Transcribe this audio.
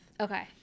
Okay